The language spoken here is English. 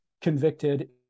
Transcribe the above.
convicted